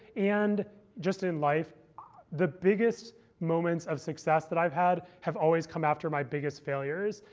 and just in life the biggest moments of success that i've had have always come after my biggest failures.